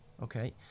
Okay